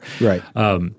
Right